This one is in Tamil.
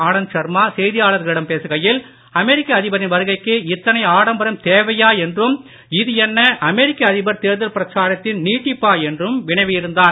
ஆனந்த் ஷர்மா செய்தியாளர்களிடம் பேசுகையில் அமெரிக்க அதிபரின் வருகைக்கு இத்தனை ஆடம்பரம் தேவையா என்றும் இது என்ன அமெரிக்க அதிபர் தேர்தல் பிரச்சாரத்தின் நீட்டிப்பா என்றும் வினவி இருந்தார்